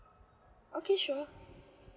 okay sure